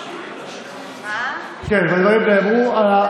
הדברים נאמרו.